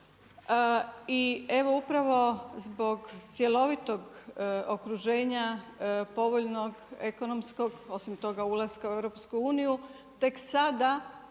I evo upravo zbog cjelovitog okruženja povoljnog, ekonomskog osim toga ulaska u EU, tek sada